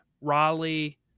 raleigh